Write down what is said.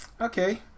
Okay